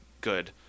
good